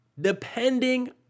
depending